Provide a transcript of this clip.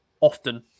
often